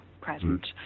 present